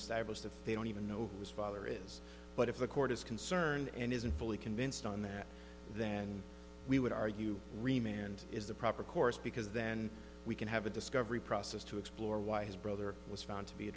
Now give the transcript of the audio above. established if they don't even know who his father is but if the court is concerned and isn't fully convinced on that then we would argue remain and is the proper course because then we can have a discovery process to explore why his brother was found to be